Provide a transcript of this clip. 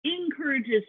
encourages